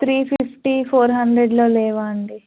three fifty four హండ్రెడ్లో లేవా అండి